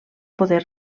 poder